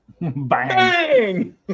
Bang